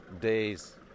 days